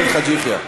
חבר הכנסת חאג' יחיא.